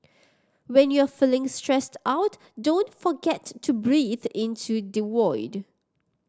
when you are feeling stressed out don't forget to breathe into the void